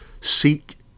Seek